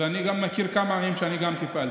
אני גם מכיר כמה מהם שאני טיפלתי,